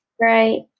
Right